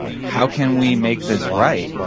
how can we make this right.